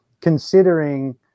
considering